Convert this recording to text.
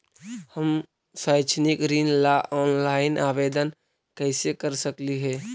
हम शैक्षिक ऋण ला ऑनलाइन आवेदन कैसे कर सकली हे?